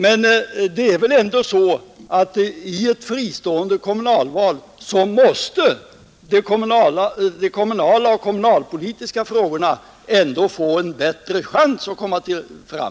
Men i ett fristående kommunalval måste väl ändå de kommunala och kommunalpolitiska frågorna få en bättre chans att komma fram?